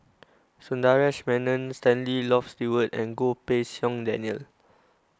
Sundaresh Menon Stanley Loft Stewart and Goh Pei Siong Daniel